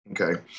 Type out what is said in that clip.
Okay